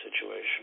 situation